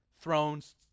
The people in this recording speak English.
Thrones